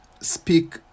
speak